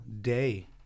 day